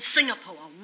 Singapore